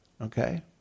okay